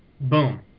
boom